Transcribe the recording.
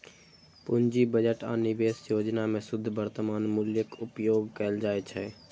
पूंजी बजट आ निवेश योजना मे शुद्ध वर्तमान मूल्यक उपयोग कैल जाइ छै